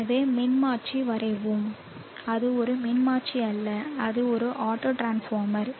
எனவே மின்மாற்றி வரைவோம் அது ஒரு மின்மாற்றி அல்ல அது ஒரு ஆட்டோட்ரான்ஸ்ஃபார்மர்